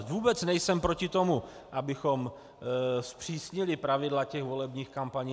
Vůbec nejsem proti tomu, abychom zpřísnili pravidla volebních kampaní.